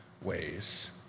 ways